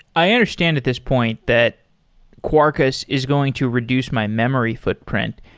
i understand at this point that quarkus is going to reduce my memory footprint.